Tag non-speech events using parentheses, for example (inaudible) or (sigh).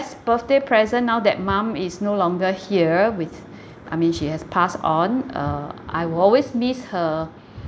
birthday present now that mom is no longer here with (breath) I mean she has passed on uh I will always miss her (breath)